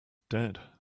dead